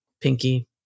Pinky